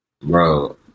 bro